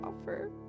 offer